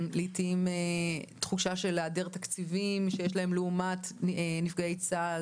לעיתים תחושה של היעדר תקציבים שיש להם לעומת נפגעי צה"ל